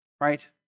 right